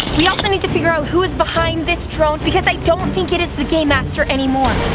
we also need to figure out who is behind this drone because i don't think it is the game master anymore.